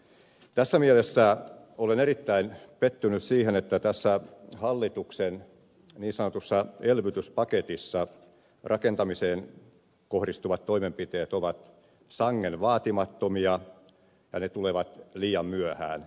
tässä mielessä olen erittäin pettynyt siihen että tässä hallituksen niin sanotussa elvytyspaketissa rakentamiseen kohdistuvat toimenpiteet ovat sangen vaatimattomia ja ne tulevat liian myöhään